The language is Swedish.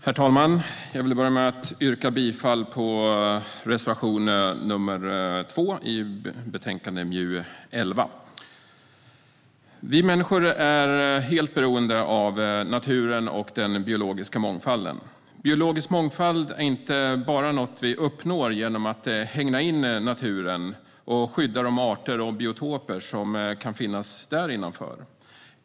Herr talman! Jag yrkar bifall till reservation nr 2 i betänkande MJU11. Vi människor är helt beroende av naturen och den biologiska mångfalden. Biologisk mångfald är inte bara något vi uppnår genom att hägna in naturen och skydda de arter och biotoper som kan finnas där innanför.